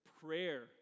prayer